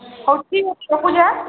ହଉ ଠିକ ଅଛି ରଖୁଛେ